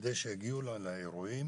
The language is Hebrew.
כדי שיגיעו לאירועים